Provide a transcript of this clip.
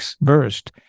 burst